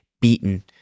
beaten